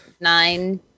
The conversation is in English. nine